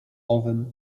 owym